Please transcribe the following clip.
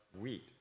wheat